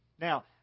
Now